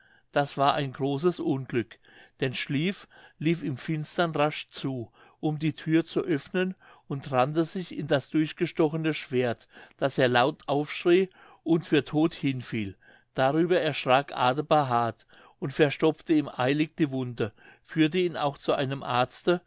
das war ein großes unglück denn schlieff lief im finstern rasch zu um die thür zu öffnen und rannte sich in das durchgestochene schwert daß er laut aufschrie und für todt hinfiel darüber erschrak adebar hart und verstopfte ihm eilig die wunde führte ihn auch zu einem arzte